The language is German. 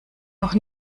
noch